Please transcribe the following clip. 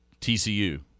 TCU